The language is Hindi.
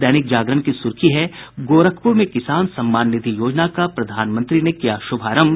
दैनिक जागरण की सुर्खी है गोरखपुर में किसान सम्मान निधि योजना का प्रधानमंत्री ने किया शुभारंभ